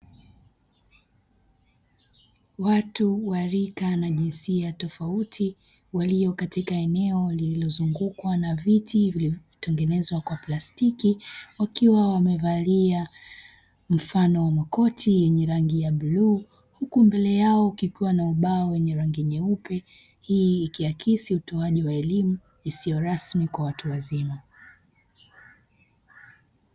Watu wa rika na jinsia tofauti, walio katika eneo lililozungukwa na viti vilivyotengenezwa kwa plastiki. Wakiwa wamevalia mfano wa makoti yenye rangi ya bluu, huku mbele yao kukiwa na ubao wenye rangi nyeupe. Hii ikiakisi utoaji wa elimu isiyo rasmi kwa watu wazima.